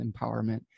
empowerment